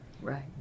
Right